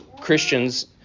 Christians